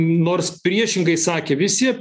nors priešingai sakė visi